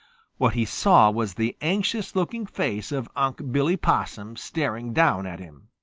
what he saw was the anxious looking face of unc' billy possum staring down at him.